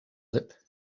lip